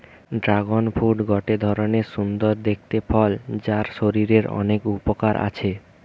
dragon fruit গটে ধরণের সুন্দর দেখতে ফল যার শরীরের অনেক উপকার আছে